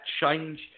change